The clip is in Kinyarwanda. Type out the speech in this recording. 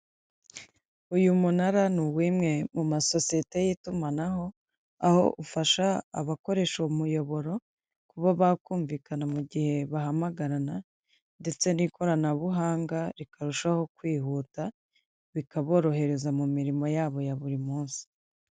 Uyu munara ni uwimwe mu masosiyete y'itumanaho, aho ufasha abakoresha umuyoboro ku bakumvikana mu gihe bahamagarana, ndetse n'ikoranabuhanga rikarushaho kwihuta, bikaborohereza mu mirimo yabo ya buri munsi.